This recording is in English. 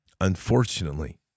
Unfortunately